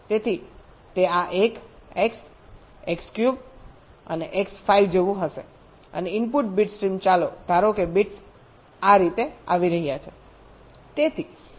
તેથી તે આ 1 x x ક્યુબ અને x 5 જેવું હશે અને ઇનપુટ બીટ સ્ટ્રીમ ચાલો ધારો કે બિટ્સ આ રીતે આવી રહ્યા છે